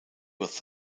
was